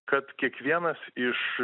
kad kiekvienas iš